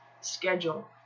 schedule